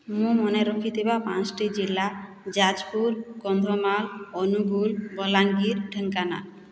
ମୁଁ ମନେ ରଖିଥିବା ପାଞ୍ଚଟି ଜିଲ୍ଲା ଯାଜପୁର କନ୍ଧମାଳ ଅନୁଗୁଳ ବଲାଙ୍ଗୀର ଢେଙ୍କାନାଳ